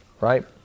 right